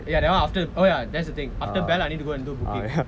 ya then after that oh ya that's the thing after bell I need to go and booking